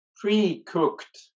pre-cooked